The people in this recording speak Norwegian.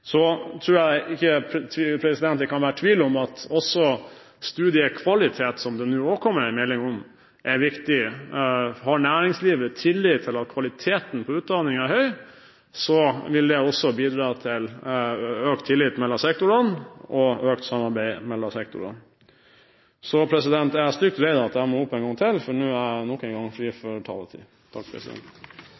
Så det tror jeg i seg selv vil være positivt. Jeg tror ikke det kan være tvil om at studiekvalitet, som det nå også kommer en melding om, er viktig. Har næringslivet tillit til at kvaliteten på utdanningen er høy, vil det også bidra til økt tillit og samarbeid mellom sektorene. Jeg er stygt redd for at jeg må opp på talerstolen en gang til, for nå har jeg nok en gang ikke mer taletid